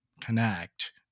connect